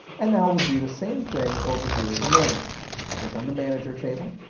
and now we'll do the same thing over here with the managers. click on the manager table,